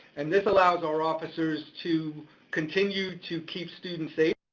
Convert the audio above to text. and this allows our officers to continue to keep students safe,